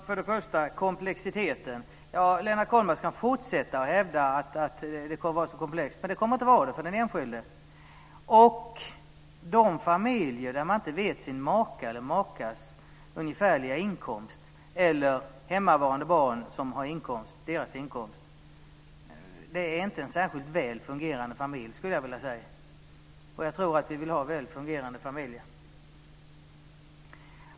Fru talman! Lennart Kollmats kan fortsätta att hävda att det här kommer att vara mycket komplext, men det kommer det inte att vara för den enskilde. De familjer där man inte vet makens eller makans ungefärliga inkomst eller där man inte vet hemmavarande barns inkomster är inte särskilt väl fungerande familjer. Jag tror att vi vill ha väl fungerande familjer.